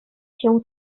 się